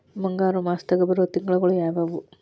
ಮುಂಗಾರು ಮಾಸದಾಗ ಬರುವ ತಿಂಗಳುಗಳ ಯಾವವು?